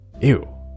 ew